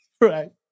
Right